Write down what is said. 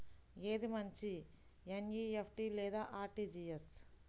ఏది మంచి ఎన్.ఈ.ఎఫ్.టీ లేదా అర్.టీ.జీ.ఎస్?